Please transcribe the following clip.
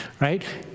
Right